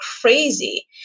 crazy